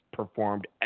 performed